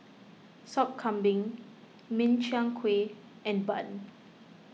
Sop Kambing Min Chiang Kueh and Bun